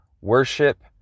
worship